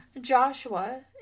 Joshua